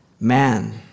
man